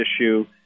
issue